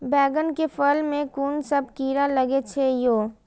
बैंगन के फल में कुन सब कीरा लगै छै यो?